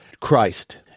christ